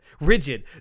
rigid